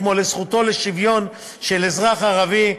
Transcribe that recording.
כמו לזכותו לשוויון של אזרח ערבי,